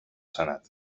senat